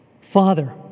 Father